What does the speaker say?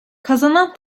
kazanan